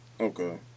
Okay